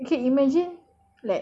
okay imagine